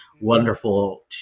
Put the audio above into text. wonderful